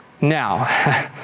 Now